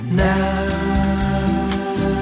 Now